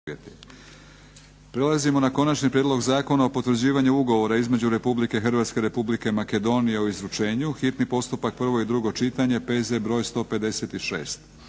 Prelazimo na - Konačni prijedlog Zakona o potvrđivanju Ugovora između Republike Hrvatske i Republike Makedonije o izručenju, hitni postupak, prvo i drugo čitanje, P.Z. br. 156.